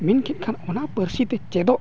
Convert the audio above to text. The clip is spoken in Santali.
ᱢᱮᱱ ᱠᱮᱫ ᱠᱷᱟᱱ ᱚᱱᱟ ᱯᱟᱹᱨᱥᱤᱛᱮ ᱪᱮᱫᱚᱜ